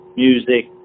music